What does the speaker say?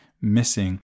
missing